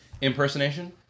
impersonation